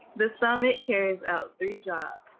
the stomach carries out three jobs.